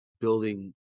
building